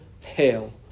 hell